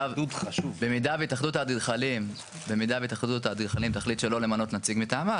במידה והתאחדות האדריכלים תחליט שלא למנות נציג מטעמה,